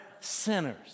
sinners